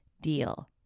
deal